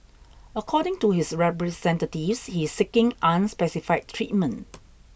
according to his representatives he is seeking unspecified treatment